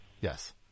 Yes